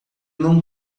não